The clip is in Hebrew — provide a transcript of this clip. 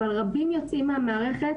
אבל רבים יוצאים מהמערכת